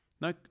no